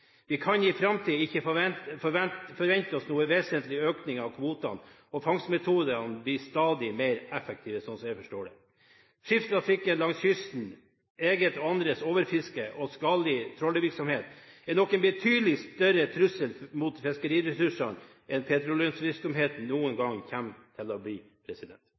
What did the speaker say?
Vi kan i framtiden ikke forvente oss noen vesentlig økning av kvotene, og fangstmetodene blir stadig mer effektive, slik jeg forstår det. Skipstrafikken langs kysten, eget og andres overfiske og skadelig trålvirksomhet er nok en betydelig større trussel mot fiskeriressursene enn petroleumsvirksomheten noen gang kommer til å bli.